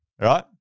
right